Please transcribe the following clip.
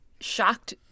shocked